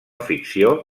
ficció